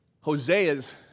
Hosea's